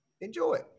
enjoy